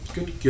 Good